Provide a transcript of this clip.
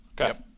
Okay